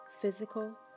physical